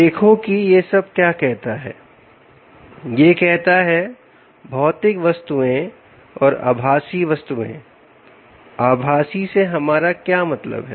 देखो कि यह सब क्या कहता हैयह कहता है भौतिक वस्तुएं और आभासी वस्तुएं आभासी से हमारा क्या मतलब है